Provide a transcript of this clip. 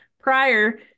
prior